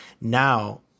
now